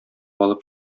алып